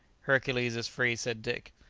hercules is free, said dick.